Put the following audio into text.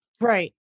Right